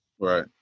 Right